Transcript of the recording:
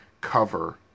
cover